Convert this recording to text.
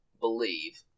believe